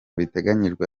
biteganyijwe